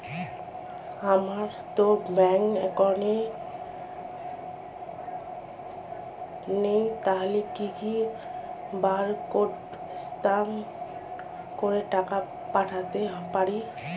আমারতো bank account নেই তাহলে কি কি বারকোড স্ক্যান করে টাকা পাঠাতে পারি?